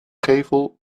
gevel